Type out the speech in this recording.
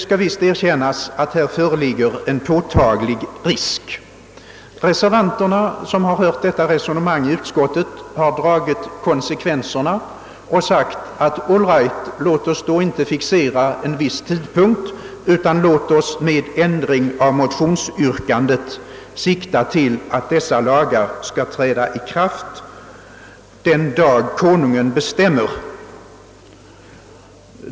Reservanterna, som hört resonemanget i utskottet, har dragit konsekvenserna härav och sagt att man inte bör fixera en viss tidpunkt, utan med ändring av motionsyrkandet sikta till att dessa lagar skall träda i kraft den dag Kungl. Maj:t bestämmer.